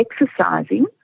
exercising